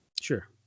Sure